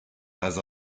has